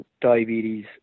diabetes